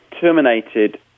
terminated